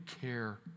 care